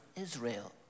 Israel